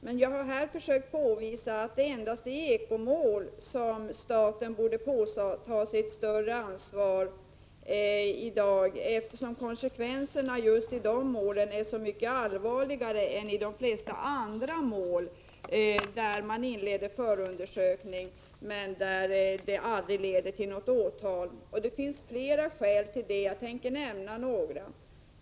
Men jag har här endast försökt påpeka att det är i eko-mål som staten borde påta sig ett större ansvar i dag, eftersom konsekvenserna just i de målen är så mycket allvarligare än i de flesta andra mål där förundersökning inleds men aldrig leder till åtal. Det finns flera skäl till det, och jag tänker nämna några.